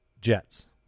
Jets